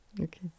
Okay